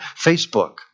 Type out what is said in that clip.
Facebook